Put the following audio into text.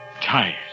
Tired